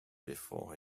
before